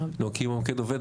אם המוקד עובד,